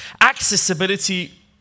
Accessibility